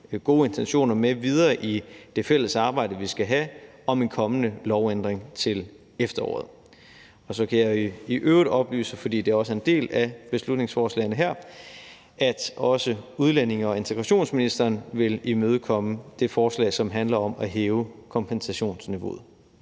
gode intentioner med videre i det fælles arbejde, vi skal have, om en kommende lovændring til efteråret. Så kan jeg i øvrigt oplyse, fordi det også er en del af beslutningsforslagene her, at også udlændinge- og integrationsministeren vil imødekomme det forslag, som handler om at hæve kompensationsniveauet.